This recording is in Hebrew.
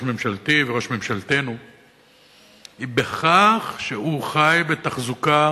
ממשלתי וראש ממשלתנו היא שהוא חי בתחזוקה